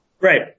Right